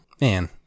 Man